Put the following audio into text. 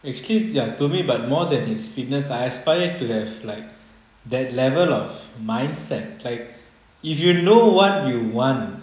actually ya told me but more than his fitness ah I aspire to have like that level of mindset like if you know what you want